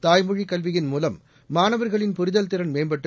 தாய்மொழிக் கல்வியின் மூலம் மாணவர்களின் புரிதல் திறன் மேம்பட்டு